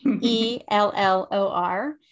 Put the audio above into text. E-L-L-O-R